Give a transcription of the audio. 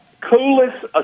coolest